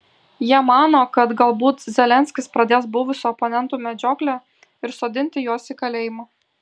jie mano kad galbūt zelenskis pradės buvusių oponentų medžioklę ir sodinti juos į kalėjimą